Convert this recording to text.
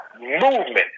movement